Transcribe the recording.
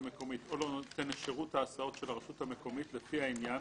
המקומית או לנותן שירות ההסעות של הרשות המקומית לפי העניין